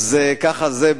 ככה זה,